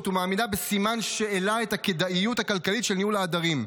ומעמידה בסימן שאלה את הכדאיות הכלכלית של ניהול העדרים.